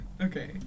okay